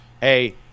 hey